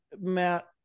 Matt